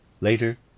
later